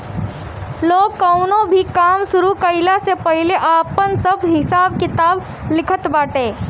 लोग कवनो भी काम शुरू कईला से पहिले आपन सब हिसाब किताब लिखत बाटे